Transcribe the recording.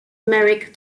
merrick